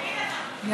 תגיד, אתה מקשיב לעצמך?